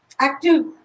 active